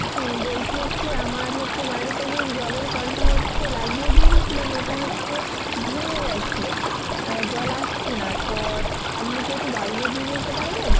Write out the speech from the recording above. হ্যাঁ বলছি হচ্ছে আমার হচ্ছে বাড়ি থেকে জলের কলটা হচ্ছে লাগিয়ে দিয়ে গেছলেন ওটা হচ্ছে ভেঙে গেছে জল আসছে না তো আপনি কি একটু বাগিয়ে দিয়ে যেতে পারবেন